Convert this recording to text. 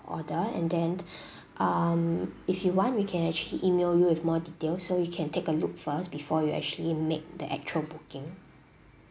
order and then um if you want we can actually email you with more details so you can take a look first before you actually make the actual booking